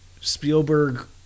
Spielberg